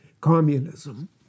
communism